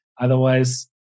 otherwise